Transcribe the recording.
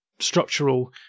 Structural